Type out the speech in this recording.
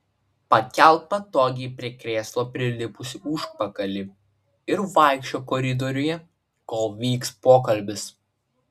pakelk patogiai prie krėslo prilipusį užpakalį ir vaikščiok koridoriuje kol vyks pokalbis